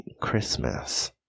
Christmas